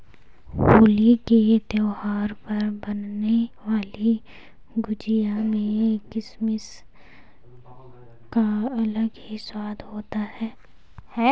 होली के त्यौहार पर बनने वाली गुजिया में किसमिस का अलग ही स्वाद होता है